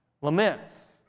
laments